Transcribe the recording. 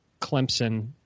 Clemson